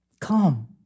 come